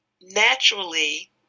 naturally